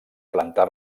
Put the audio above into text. planta